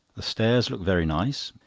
the stairs looked very nice.